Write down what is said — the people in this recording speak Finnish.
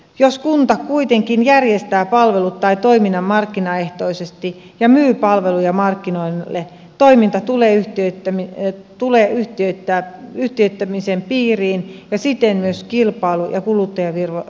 jos kunta kuitenkin järjestää palvelut tai toiminnan markkinaehtoisesti ja myy palveluja markkinoille toiminta tulee yhtiöittämisen piiriin ja siten myös kilpailu ja kuluttajaviraston valvontaan